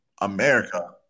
America